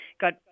got